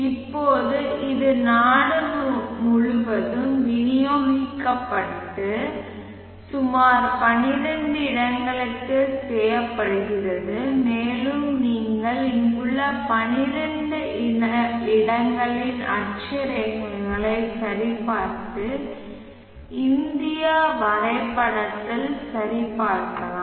இப்போது இது நாடு முழுவதும் விநியோகிக்கப்பட்ட சுமார் பன்னிரண்டு இடங்களுக்கு செய்யப்படுகிறது மேலும் நீங்கள் இங்குள்ள பன்னிரண்டு இடங்களின் அட்சரேகைகளை சரிபார்த்து இந்திய வரைபடத்தில் சரிபார்க்கலாம்